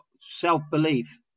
self-belief